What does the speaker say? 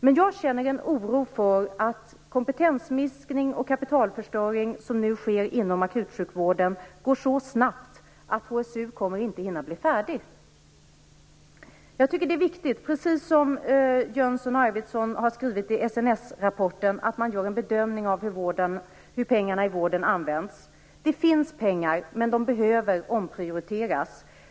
Men jag känner oro för att den kompetensminskning och kapitalförstöring som nu sker inom akutsjukvården går så snabbt att HSU 2000 inte kommer att hinna bli färdig. Jag tycker att det är viktigt, precis som Jönsson och Arvidsson har skrivit i SNS-rapporten, att man gör en bedömning av hur pengarna i vården används. Det finns pengar, men de behöver omprioriteras.